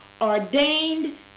ordained